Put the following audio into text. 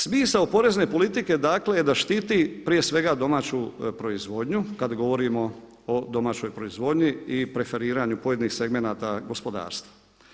Smisao porezne politike dakle je da štiti prije svega domaću proizvodnju kad govorimo o domaćoj proizvodnji i preferiranju pojedinih segmenata gospodarstva.